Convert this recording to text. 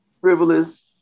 frivolous